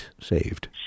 saved